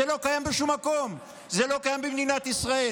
זה לא קורה בשום מקום, זה לא קיים במדינת ישראל.